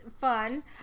fun